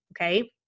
okay